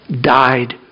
died